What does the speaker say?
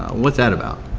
what's that about.